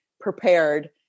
prepared